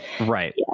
right